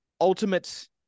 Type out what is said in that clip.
ultimate